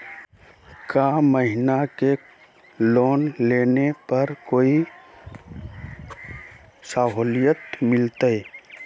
का हमनी के लोन लेने पर कोई साहुलियत मिलतइ?